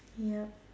yup